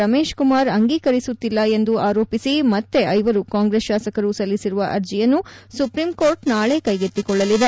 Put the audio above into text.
ರಮೇಶ್ ಕುಮಾರ್ ಅಂಗೀಕರಿಸುತ್ತಿಲ್ಲ ಎಂದು ಆರೋಪಿಸಿ ಮತ್ತೆ ಐವರು ಕಾಂಗ್ರೆಸ್ ಶಾಸಕರು ಸಲ್ಲಿಸಿರುವ ಅರ್ಜೆಯನ್ನು ಸುಪ್ರೀಂಕೋರ್ಟ್ ನಾಳಿ ಕ್ಲೆಗೆತ್ತಿಕೊಳ್ಳಲಿದೆ